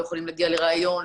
לא יכולים להגיע לראיון.